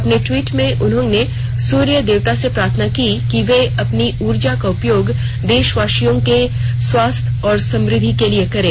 अपने टवीट में उन्होंने सूर्य देवता से प्रार्थना की कि वे अपनी ऊर्जा का उपयोग देशवासियों के स्वास्थय और समुद्धि के लिए करें